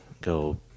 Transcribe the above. Go